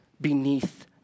beneath